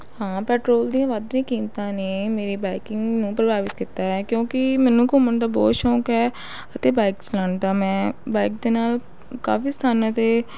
ਹਾਂ ਪੈਟਰੋਲ ਦੀਆਂ ਵਧਦੀਆਂ ਕੀਮਤਾਂ ਨੇ ਮੇੇਰੇ ਬਾਇਕਿੰਗ ਨੂੰ ਪ੍ਰਭਾਵਿਤ ਕੀਤਾ ਹੈ ਕਿਉਂਕਿ ਮੈਨੂੰ ਘੁੰਮਣ ਦਾ ਬਹੁਤ ਸ਼ੌਂਕ ਹੈ ਅਤੇ ਬਾਈਕ ਚਲਾਉਣ ਦਾ ਮੈਂ ਬਾਈਕ ਦੇ ਨਾਲ ਕਾਫੀ ਸਥਾਨਾਂ 'ਤੇ